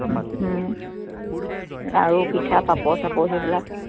লাড়ু পিঠা পাপৰ চাপৰ সেইবিলাক